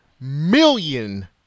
Million